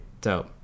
Dope